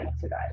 today